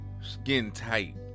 skin-tight